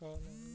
کالہ آے